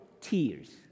tears